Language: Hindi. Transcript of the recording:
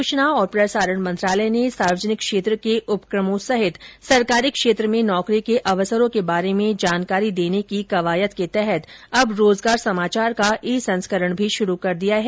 सूचना और प्रसारण मंत्रालय ने सार्वजनिक क्षेत्र के उपकमों समेत सरकारी क्षेत्र में नौकरी के अवसरों के बारे में जानकारी देने की कवायद के तहत अब रोजगार समाचार का ई संस्करण भी शुरू कर दिया है